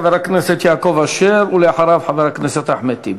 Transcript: חבר הכנסת יעקב אשר, ואחריו חבר הכנסת אחמד טיבי.